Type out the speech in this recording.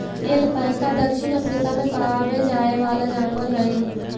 alpaca दक्षिण Africa में पावे जाए वाला जनावर हई